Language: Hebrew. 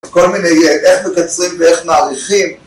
כל מיני, איך מקצרים ואיך מאריכים